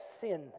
sin